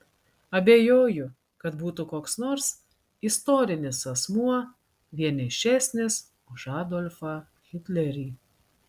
abejoju kad būtų koks nors istorinis asmuo vienišesnis už adolfą hitlerį